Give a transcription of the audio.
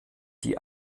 die